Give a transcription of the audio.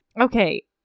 Okay